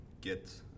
get